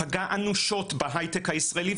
פגע אנושות בהייטק הישראלי,